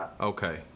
okay